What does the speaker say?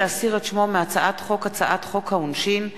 להסיר את שמו מהצעת חוק העונשין (תיקון,